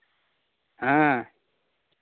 ᱦᱮᱸ